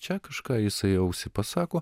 čia kažką jisai į ausį pasako